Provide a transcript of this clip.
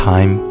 Time